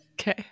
Okay